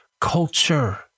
culture